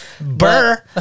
Burr